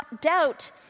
doubt